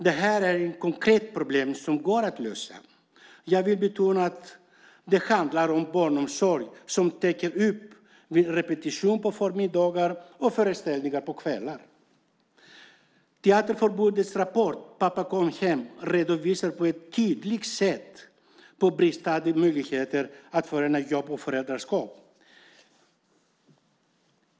Det här är ett konkret problem som går att lösa. Jag vill betona att det handlar om barnomsorg som täcker upp repetitioner på förmiddagar och föreställningar på kvällar. Teaterförbundets rapport Pappa kom hem! redovisar på ett tydligt sätt de bristande möjligheterna att förena jobb och föräldraskap.